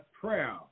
prayer